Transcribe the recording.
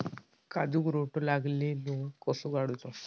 काजूक रोटो लागलेलो कसो काडूचो?